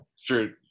Sure